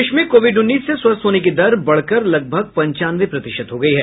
देश में कोविड उन्नीस से स्वस्थ होने की दर बढ़कर लगभग पंचानवे प्रतिशत हो गयी है